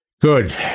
Good